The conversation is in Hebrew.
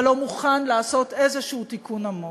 אבל לא מוכן לעשות איזה תיקון עמוק.